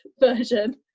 version